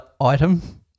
item